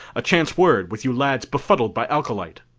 a chance word, with you lads befuddled by alcolite?